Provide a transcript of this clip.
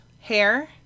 hair